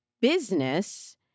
business